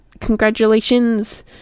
congratulations